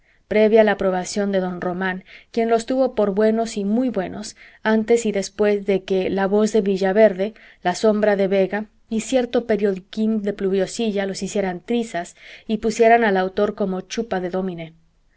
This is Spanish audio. previa la aprobación de don román quien los tuvo por buenos y muy buenos antes y después de que la voz de villaverde la sombra de vega y cierto periodiquín de pluviosilla los hicieran trizas y pusieran al autor como chupa de dómine